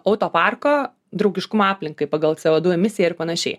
autoparko draugiškumą aplinkai pagal co du emisiją ir panašiai